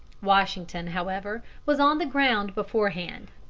washington, however, was on the ground beforehand.